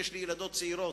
ויש לי ילדות צעירות.